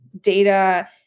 data